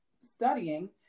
studying